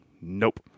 nope